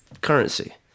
currency